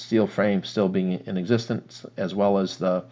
steel frame still being in existence as well as the